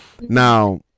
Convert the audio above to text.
Now